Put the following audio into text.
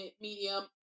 medium